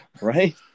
Right